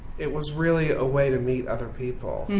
it was really a way to meet other people.